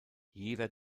jeder